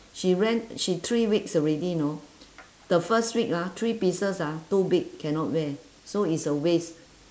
she rent she three weeks already you know the first week ah three pieces ah too big cannot wear so is a waste